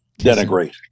denigrate